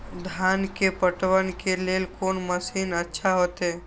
धान के पटवन के लेल कोन मशीन अच्छा होते?